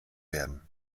werden